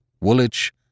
Woolwich